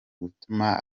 gutuma